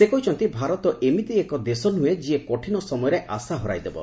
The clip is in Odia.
ସେ କହିଛନ୍ତି ଭାରତ ଏମିତି ଗୋଟିଏ ଦେଶ ନୁହଁ ଯିଏ କଠିନ ସମୟରେ ଆଶା ହରାଇ ଦେବ